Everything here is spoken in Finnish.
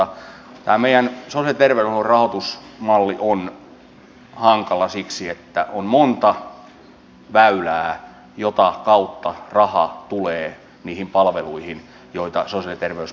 tämä meidän sosiaali ja terveydenhuollon rahoitusmallimme on hankala siksi että on monta väylää jota kautta raha tulee niihin palveluihin joita sosiaali ja terveyspalveluissa käytetään